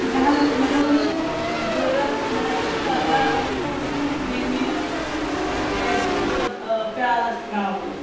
مےٚ حظ مےٚ حظ اوس ضوٚررت مےٚ حظ چھِ پگہہ بیٚنہِ کیٛچ مطلب پیالَس ترٛاوُن